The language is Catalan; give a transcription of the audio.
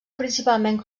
principalment